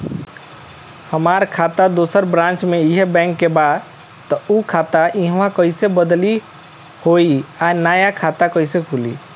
हमार खाता दोसर ब्रांच में इहे बैंक के बा त उ खाता इहवा कइसे बदली होई आ नया खाता कइसे खुली?